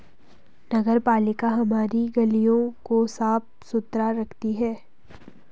नगरपालिका हमारी गलियों को साफ़ सुथरा रखती है